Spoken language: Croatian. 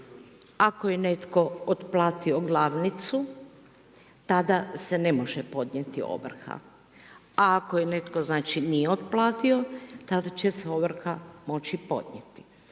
ako je netko otplatio glavnicu, tada se ne može podnijeti ovrha a ako je netko znači nije otplatio tada će se ovrha moći podnijeti.